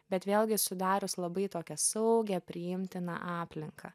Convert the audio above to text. bet vėlgi sudarius labai tokią saugią priimtiną aplinką